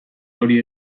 hori